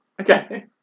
Okay